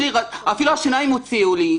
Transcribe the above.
אפילו את השיניים האחים שלי הוציאו לי.